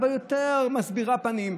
אבל יותר מסבירת פנים.